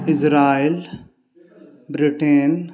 Israel Britain